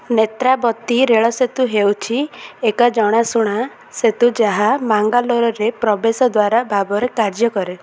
ନେତ୍ରାବତୀ ରେଳ ସେତୁ ହେଉଛି ଏକ ଜଣାଶୁଣା ସେତୁ ଯାହା ମାଙ୍ଗାଲୋରରେ ପ୍ରବେଶ ଦ୍ୱାର ଭାବରେ କାର୍ଯ୍ୟ କରେ